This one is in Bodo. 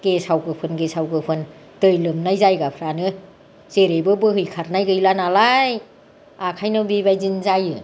गेसाव गोफोन गेसाव गोफोन दै लोमनाय जायगाफोरानो जेरैबो बोहैखारनाय गैला नालाय ओंखायनो बेबायदि जायो